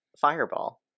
Fireball